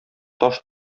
таш